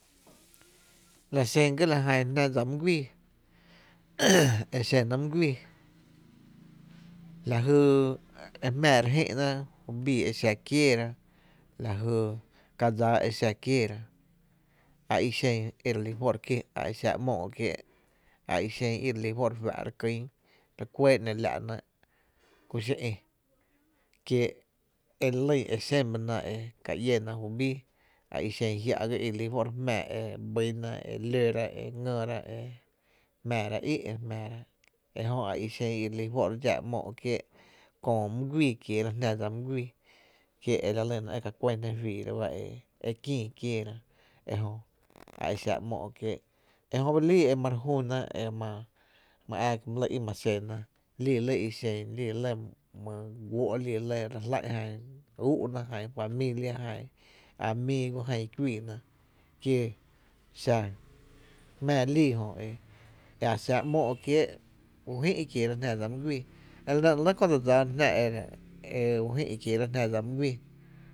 La xen ga la jan jná dsa my güii e xe my güii lajy e jmⱥⱥ re jïna bii e xa kieera lajy kadsaa e xa kieera, a i xen i re lí juó’ re jé’n, a exa ‘móó’ kiéé’ a i xen i re lí fó’ re fá’ ere kýn, re kuɇɇna ‘no la’ ‘néé’, kuxi ï, kie e lyn e xebana e ka iéna jú bíí a ixen jia’ ga i re lí fó’ re jmⱥⱥ býna e lóra e re ngyra e re jmⱥⱥra í’ ere jmⱥⱥra, ejö e ixen i re kí fó’ ere dxá ‘móó’ kié’kiéé’ kö my güii kiera jná dsa my güii kie’ e la lyna e ka kuɇn jná juiira ba e kïï kiééra ejö e a e xa ‘móó’ kiéé’ e jö ba e líi e ma re jünna my ⱥⱥ í’ my lɇ i ma xena liilɇ i xen lii lɇ my guoo’ lii lɇ re jlá’n jan ú’na jan familia, jan amigo jan i kuíi na kie xa jmⱥⱥ li jöe a exa ‘móó’ kié’ u jï’ kieera jná dsa my güii, la nɇ ‘néé’ lɇ köö dse dsáá jná e e u jï’ kieera jná dsa my güii.